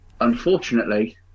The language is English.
unfortunately